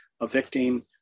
evicting